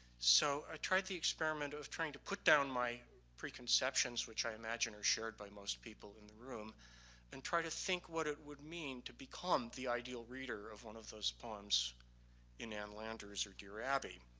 so i tried the experiment of trying to put down my preconceptions which i imagine are shared by most people in the room and try to think what it would mean to become the ideal reader of one of those poems in ann landers or dear abby.